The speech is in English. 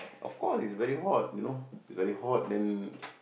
of course it's very hot you know very hot then